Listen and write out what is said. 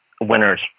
winners